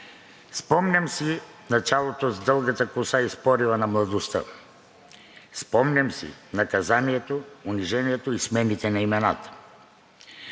Спомням си началото с дългата коса и с порива на младостта. Спомням си наказанието, унижението и смяната на имената.